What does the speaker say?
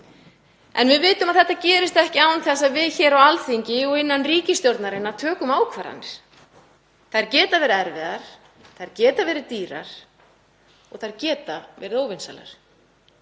Við vitum að þetta gerist ekki án þess að við hér á Alþingi og innan ríkisstjórnarinnar tökum ákvarðanir. Þær geta verið erfiðar, þær geta verið dýrar og þær geta verið óvinsælar